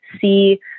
see